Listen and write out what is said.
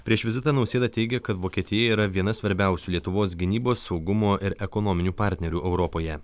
prieš vizitą nausėda teigė kad vokietija yra viena svarbiausių lietuvos gynybos saugumo ir ekonominių partnerių europoje